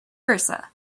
versa